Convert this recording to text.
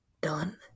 done